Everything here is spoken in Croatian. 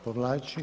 Povlači.